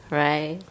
right